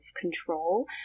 control